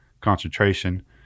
concentration